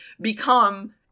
become